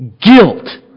guilt